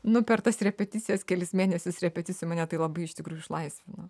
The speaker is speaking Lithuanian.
nu per tas repeticijas kelis mėnesius repeticijų mane tai labai iš tikrųjų išlaisvina